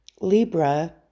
Libra